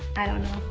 i don't know,